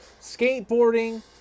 skateboarding